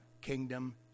kingdom